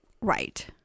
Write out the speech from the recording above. Right